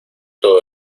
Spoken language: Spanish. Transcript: todo